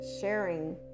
sharing